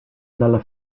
dalla